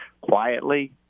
quietly